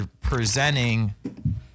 presenting